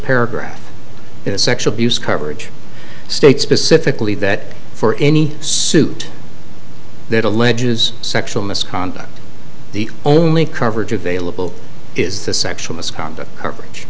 paragraph is sexual abuse coverage states specifically that for any suit that alleges sexual misconduct the only coverage available is the sexual misconduct coverage